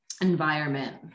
environment